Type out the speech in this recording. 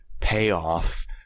payoff